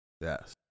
Yes